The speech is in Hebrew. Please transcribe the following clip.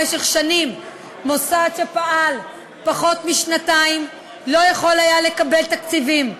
במשך שנים מוסד שפעל פחות משנתיים לא יכול היה לקבל תקציבים.